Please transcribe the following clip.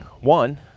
One